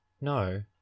No